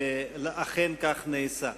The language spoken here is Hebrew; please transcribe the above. ואכן כך נעשה.